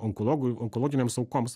onkologui onkologinėms aukoms